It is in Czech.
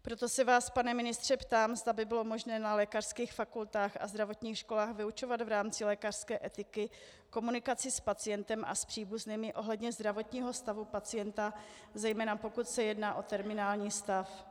Proto se vás, pane ministře, ptám, zda by bylo možné na lékařských fakultách a zdravotních školách vyučovat v rámci lékařské etiky komunikaci s pacientem a s příbuznými ohledně zdravotního stavu pacienta, zejména pokud se jedná o terminální stav.